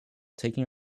taking